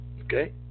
okay